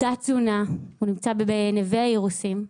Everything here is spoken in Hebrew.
תת תזונה, הוא נמצא ב- "נווה האירוסים".